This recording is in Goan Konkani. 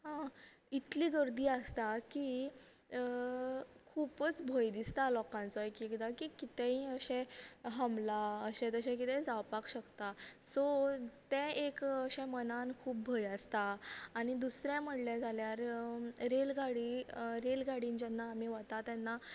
इतली गर्दी आसता की खुबूच भंय दिसता लोकांचो एक एकदां की कितेंय अशे हमला अशें तशे कितेंय जावपाक शकता सो तें एक अशें मनांन खूब भंय आसता आनी दुसरें म्हणले जाल्यार रेल गाडी रेल गाडी जेन्ना आमी वता तेन्ना